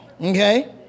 okay